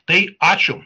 tai ačiū